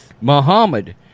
Muhammad